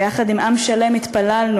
ביחד עם עַם שלם התפללנו,